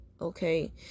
Okay